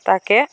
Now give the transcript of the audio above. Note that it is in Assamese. তাকে